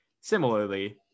similarly